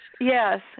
Yes